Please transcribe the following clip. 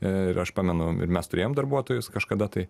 ir aš pamenu ir mes turėjome darbuotojus kažkada tai